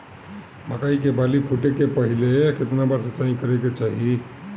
मकई के बाली फूटे से पहिले केतना बार सिंचाई करे के चाही?